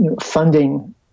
funding